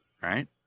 Right